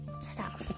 Stop